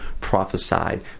prophesied